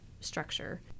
structure